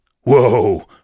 whoa